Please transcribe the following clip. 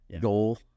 goal